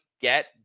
get